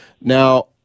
Now